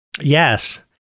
Yes